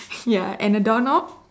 ya and the door knob